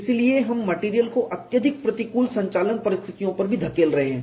इसलिए हम मेटेरियल को अत्यधिक प्रतिकूल संचालन स्थितियों पर भी धकेल रहे हैं